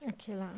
okay lah